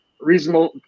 reasonable